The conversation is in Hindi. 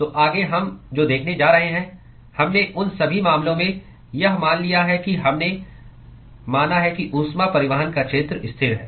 तो आगे हम जो देखने जा रहे हैं हमने उन सभी मामलों में यह मान लिया है कि हमने माना है कि ऊष्मा परिवहन का क्षेत्र स्थिर है